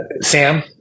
Sam